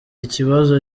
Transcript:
ikibazo